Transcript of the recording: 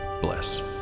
Bless